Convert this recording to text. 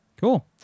Cool